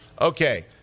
Okay